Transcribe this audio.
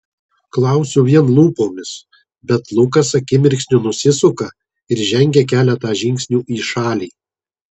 klausiu vien lūpomis bet lukas akimirksniu nusisuka ir žengia keletą žingsnių į šalį